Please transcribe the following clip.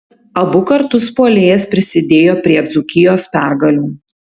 abu kartus puolėjas prisidėjo prie dzūkijos pergalių